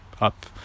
up